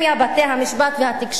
בתי-המשפט והתקשורת.